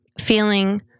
feeling